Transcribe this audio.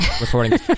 recording